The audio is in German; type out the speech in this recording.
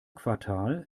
quartal